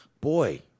Boy